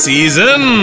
Season